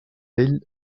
ell